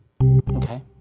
Okay